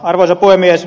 arvoisa puhemies